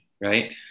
right